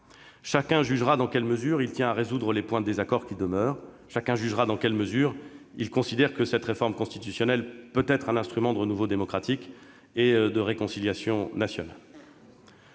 Chacun jugera dans quelle mesure il tient à résoudre les points de désaccord qui demeurent ; chacun jugera dans quelle mesure il considère que cette réforme constitutionnelle peut être un instrument de renouveau démocratique et de réconciliation nationale.